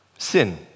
Sin